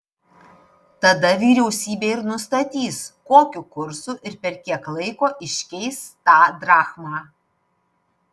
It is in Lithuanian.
tada vyriausybė ir nustatys kokiu kursu ir per kiek laiko iškeis tą drachmą